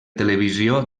televisió